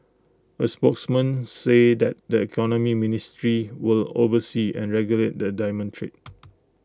A spokesman says that the economy ministry will oversee and regulate the diamond trade